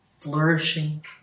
flourishing